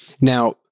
Now